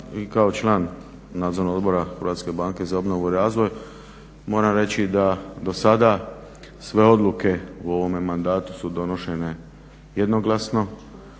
kao član Nadzornog odbora HBOR-a moram reći da dosada sve odluke u ovome mandatu su donošene jednoglasno,